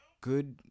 good